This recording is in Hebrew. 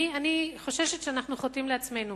אני חוששת שאנחנו חוטאים לעצמנו.